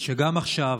שגם עכשיו,